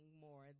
more